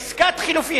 עסקת חילופין.